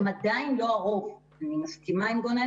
הן עדיין לא הרוב אני מסכימה עם גוני,